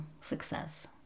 success